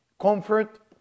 comfort